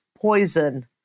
poison